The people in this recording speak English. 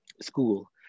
school